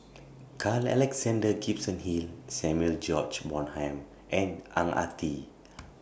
Carl Alexander Gibson Hill Samuel George Bonham and Ang Ah Tee